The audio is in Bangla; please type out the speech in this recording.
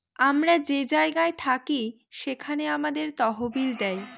আমরা যে জায়গায় থাকি সেখানে আমাদের তহবিল দেয়